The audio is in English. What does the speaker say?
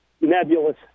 nebulous